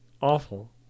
awful